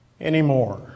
anymore